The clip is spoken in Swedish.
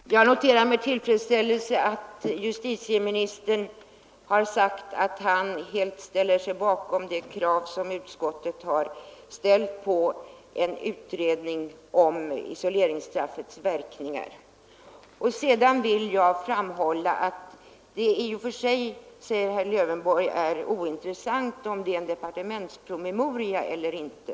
Herr talman! Jag har noterat med tillfredsställelse att justitieministern sagt att han helt ställer sig bakom utskottets krav på en utredning om isoleringsstraffets verkningar. Herr Lövenborg säger att det i och för sig är ointressant om det finns en departementspromemoria eller inte.